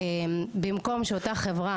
במקום שאותה חברה,